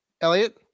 Elliot